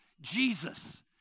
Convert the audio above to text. Jesus